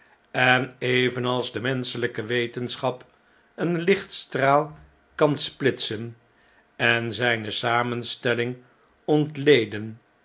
en evenals de menscheljjke wetenschap een lichtstraal kan splitsen en zjjne samenstelling ontleden